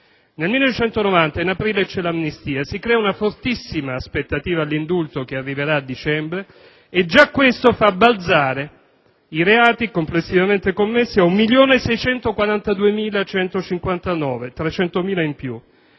Nel 1990, in aprile, c'è l'amnistia, e si crea una fortissima aspettativa per l'indulto, che arriverà a dicembre. Già questo fa balzare i reati complessivamente commessi a 1.642.159: 300.000 in più.